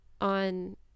on